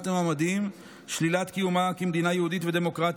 המועמדים שלילת קיומה כמדינה יהודית ודמוקרטית,